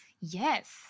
Yes